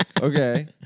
Okay